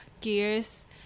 gears